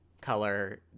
color